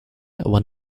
one